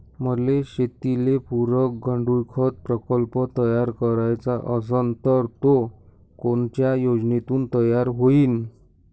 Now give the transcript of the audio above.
मले शेतीले पुरक गांडूळखत प्रकल्प तयार करायचा असन तर तो कोनच्या योजनेतून तयार होईन?